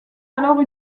alors